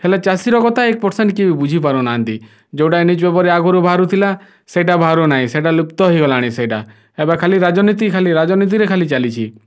ହେଲେ ଚାଷୀର କଥା ଏକ ପରସେଣ୍ଟ ବି କିଏ ବୁଝି ପାରୁନାହାଁନ୍ତି ଯେଉଁଟା ନ୍ୟୁଜ୍ ପେପର୍ରେ ଆଗରୁ ବାହାରୁଥିଲା ସେଇଟା ବାହାରୁ ନାହିଁ ସେଇଟା ଲୁପ୍ତ ହେଇଗଲାଣି ସେଇଟା ଏବେ ଖାଲି ରାଜନୀତି ଖାଲି ରାଜନୀତିରେ ଖାଲି ଚାଲିଛି